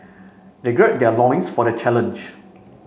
they gird their loins for the challenge